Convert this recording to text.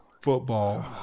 Football